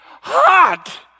hot